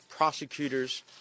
prosecutors